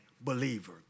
believer